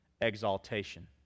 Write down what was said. exaltation